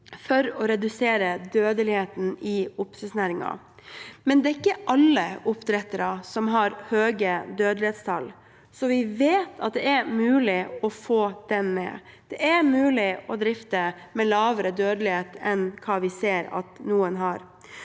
for å redusere dødeligheten i oppdrettsnæringen. Samtidig er det ikke alle oppdrettere som har høye dødelighetstall, så vi vet at det er mulig å få det ned. Det er mulig å drifte med lavere dødelighet enn det vi ser at noen har,